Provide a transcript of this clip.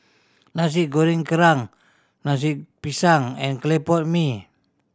Nasi Goreng Kerang nasi pisang and clay pot mee